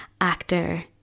actor